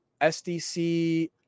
SDC